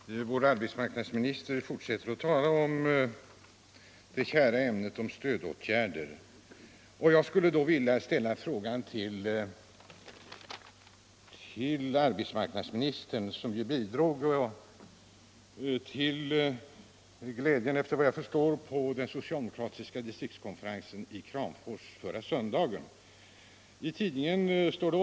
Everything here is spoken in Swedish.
Herr talman! Vår arbetsmarknadsminister fortsätter att tala om det kära ämnet stödåtgärder. Jag skulle vilja ställa en fråga till arbetsmarknadsministern med anledning av vad som tilldrog sig på den socialdemokratiska distriktskonferensen i Kramfors förra söndagen. Efter vad jag förstår, bidrog han till glädjen där.